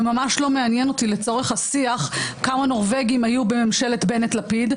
וממש לא מעניין אותי לצורך השיח כמה נורבגים היו בממשלת בנט-לפיד,